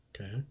okay